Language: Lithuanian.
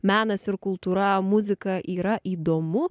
menas ir kultūra muzika yra įdomu